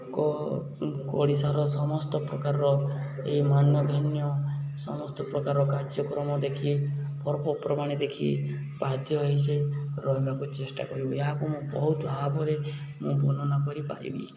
ଏକ ଓଡ଼ିଶାର ସମସ୍ତ ପ୍ରକାରର ଏହି ମାନ୍ୟଧାନ୍ୟ ସମସ୍ତ ପ୍ରକାର କାର୍ଯ୍ୟକ୍ରମ ଦେଖି ପର୍ବପର୍ବାଣି ଦେଖି ବାଧ୍ୟ ହୋଇ ସେ ରହିବାକୁ ଚେଷ୍ଟା କରିବ ଏହାକୁ ମୁଁ ବହୁତ ଭାବରେ ମୁଁ ବର୍ଣ୍ଣନା କରିପାରିବି